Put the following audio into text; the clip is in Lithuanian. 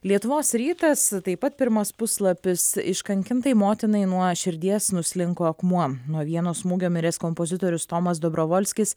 lietuvos rytas taip pat pirmas puslapis iškankintai motinai nuo širdies nuslinko akmuo nuo vieno smūgio miręs kompozitorius tomas dobrovolskis